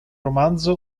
romanzo